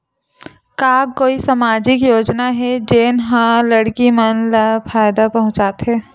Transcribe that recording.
का कोई समाजिक योजना हे, जेन हा लड़की मन ला फायदा पहुंचाथे?